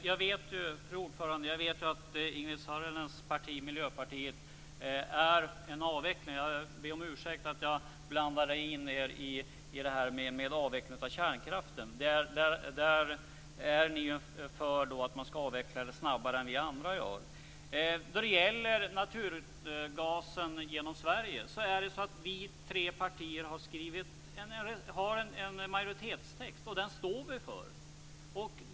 Fru talman! Jag vet att Ingegerd Saarinens parti, Miljöpartiet, är för avveckling. Jag ber om ursäkt för att jag blandade in er i det här med avvecklingen av kärnkraften. Där är ni för att man skall avveckla snabbare än vad vi andra vill. När det gäller naturgas genom Sverige har vi tre partier skrivit en majoritetstext som vi står för.